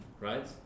right